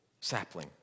sapling